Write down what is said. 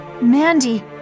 Mandy